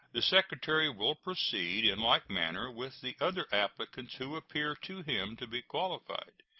the secretary will proceed in like manner with the other applicants who appear to him to be qualified.